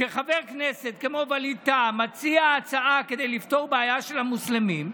כשחבר כנסת כמו ווליד טאהא מציע הצעה כדי לפתור בעיה של המוסלמים,